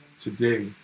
today